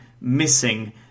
missing